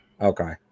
Okay